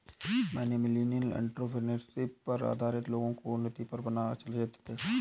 मैंने millennial entrepreneurship पर आधारित लोगो की उन्नति पर बना चलचित्र देखा